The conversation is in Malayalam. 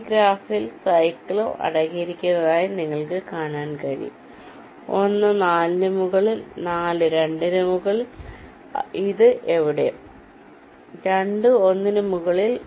ഈ ഗ്രാഫിൽ സൈക്കിളും അടങ്ങിയിരിക്കുന്നതായി നിങ്ങൾക്ക് കാണാൻ കഴിയും ഒന്ന് 4 ന് മുകളിൽ 4 2 ന് മുകളിൽ ഇവിടെ എവിടെയോ 2 1 ന് മുകളിൽ